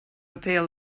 appeal